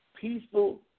peaceful